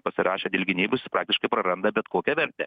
pasirašę dėl gynybos jisai praktiškai praranda bet kokią vertę